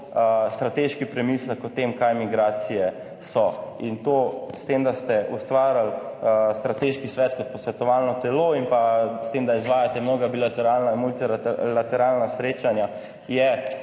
strateški premislek o tem, kaj migracije so in to s tem, da ste ustvarili strateški svet kot posvetovalno telo in pa s tem, da izvajate mnoga bilateralna in multilateralna srečanja